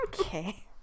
Okay